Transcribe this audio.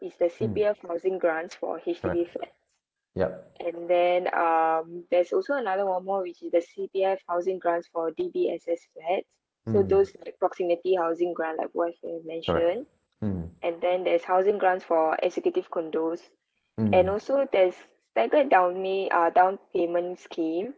is the C_P_F housing grants for H_D_B flats and then um there's also another one more which is the C_P_F housing grants for D_B_S_S flats so those like proximity housing grant like what you have mentioned and then there's housing grants for executive condos and also there's staggered uh down payments scheme